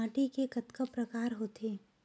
माटी के कतका प्रकार होथे?